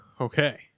okay